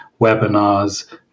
webinars